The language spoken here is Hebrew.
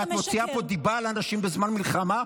ואת מוציאה פה דיבה חמורה ביותר על אנשים בזמן מלחמה.